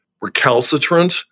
recalcitrant